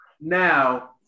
Now